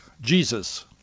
Jesus